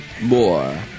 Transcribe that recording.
more